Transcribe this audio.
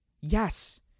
Yes